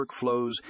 workflows